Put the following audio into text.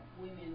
women